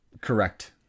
Correct